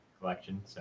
collection